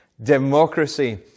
Democracy